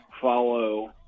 follow